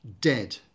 dead